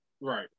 Right